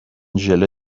ژله